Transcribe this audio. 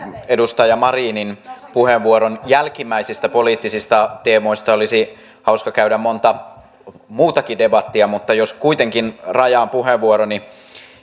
edustaja marinin puheenvuoron jälkimmäisistä poliittisista teemoista olisi hauska käydä monta muutakin debattia mutta jos kuitenkin rajaan puheenvuoroni